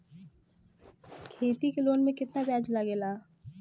खेती के लोन में कितना ब्याज लगेला?